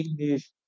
English